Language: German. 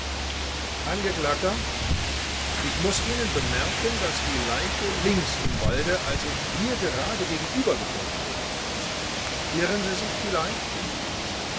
angeklagter ich muß ihnen bemerken daß die leiche links im walde also hier gerade gegenüber gefunden wurde irren sie sich vielleicht